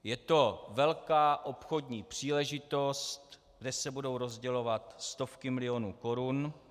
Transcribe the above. Je to velká obchodní příležitost, kde se budou rozdělovat stovky milionů korun.